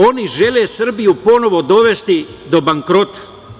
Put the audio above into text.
Oni žele Srbiju ponovo dovesti do bankrota.